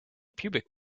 pubic